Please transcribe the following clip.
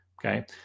Okay